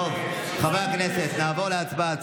טוב, חברי הכנסת, נעבור להצבעה.